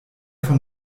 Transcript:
von